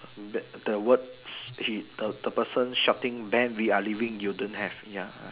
the the word he the the person shouting Ben we are leaving you don't have ya uh